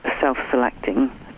self-selecting